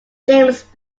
james